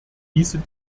hieße